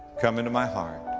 come into my heart.